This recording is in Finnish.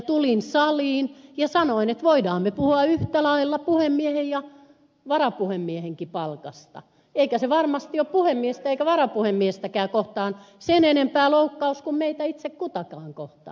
tulin saliin ja sanoin että voimme puhua yhtä lailla puhemiehen ja varapuhemiehenkin palkasta eikä se varmasti ole puhemiestä ja varapuhemiestäkään kohtaan sen enempää loukkaus kuin meitä itse kutakin kohtaan